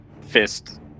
fist